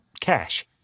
cash